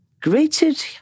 grated